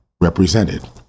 represented